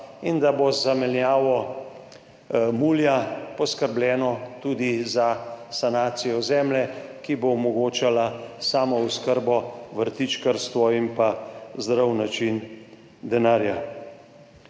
in da bo z zamenjavo mulja poskrbljeno tudi za sanacijo zemlje, ki bo omogočala samooskrbo, vrtičkarstvo in zdrav način denarja.